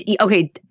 Okay